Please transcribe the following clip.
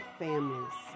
families